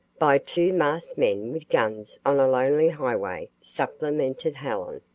by two masked men with guns on a lonely highway, supplemented helen.